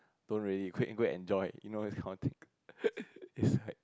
don't really quick go enjoy you know this kind of thing is like